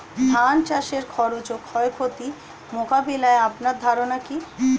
ধান চাষের খরচ ও ক্ষয়ক্ষতি মোকাবিলায় আপনার ধারণা কী?